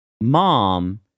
mom